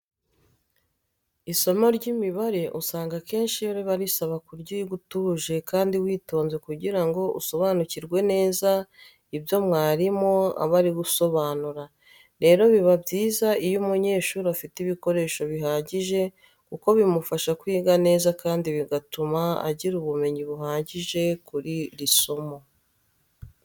Isomo ry'imibare usanga akenshi riba risaba kuryiga utuje kandi witonze kugira ngo usobanukirwe neza ibyo mwarimu aba ari gusobanura. Rero biba byiza iyo umunyeshuri afite ibikoresho bihagije kuko bimufasha kwiga neza kandi bigatuma agira ubumenyi buhagije kuri iri somo.